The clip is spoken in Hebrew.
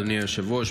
אדוני היושב-ראש.